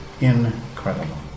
incredible